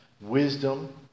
wisdom